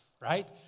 right